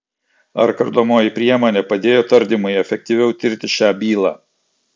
ar kardomoji priemonė padėjo tardymui efektyviau tirti šią bylą